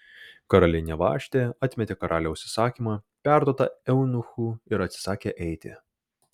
karalienė vaštė atmetė karaliaus įsakymą perduotą eunuchų ir atsisakė eiti